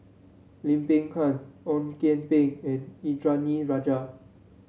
Lim Peng Han Ong Kian Peng and Indranee Rajah